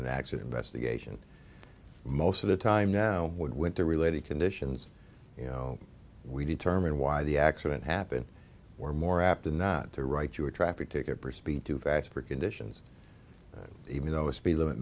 an accident investigation most of the time now would winter related conditions you know we determine why the accident happened were more apt and not to write you a traffic ticket for speed too fast for conditions even though a speed limit